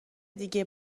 دیگه